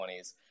20s